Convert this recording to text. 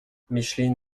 micheline